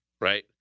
right